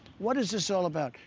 what is this all about?